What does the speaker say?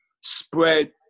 spread